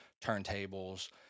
Turntables